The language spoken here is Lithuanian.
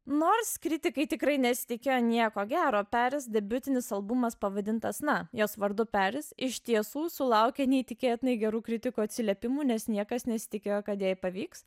nors kritikai tikrai nesitikėjo nieko gero peris debiutinis albumas pavadintas na jos vardu peris iš tiesų sulaukė neįtikėtinai gerų kritikų atsiliepimų nes niekas nesitikėjo kad jai pavyks